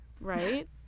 Right